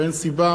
ואין סיבה